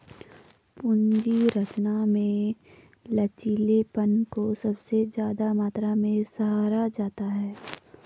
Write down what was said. पूंजी संरचना में लचीलेपन को सबसे ज्यादा मात्रा में सराहा जाता है